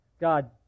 God